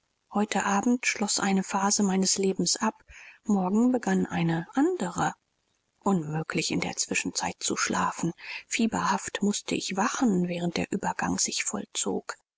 heute abend schloß eine phase meines lebens ab morgen begann eine andere unmöglich in der zwischenzeit zu schlafen fieberhaft mußte ich wachen während der übergang sich vollzog